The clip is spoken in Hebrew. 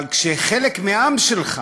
אבל כשחלק מהעם שלך